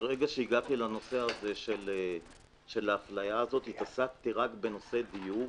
מרגע שהגעתי לנושא של האפליה הזאת התעסקתי רק בנושא דיור,